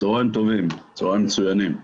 צוהריים מצוינים.